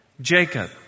Jacob